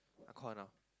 I call her now